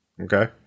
Okay